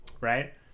right